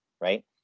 right